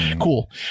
cool